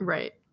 Right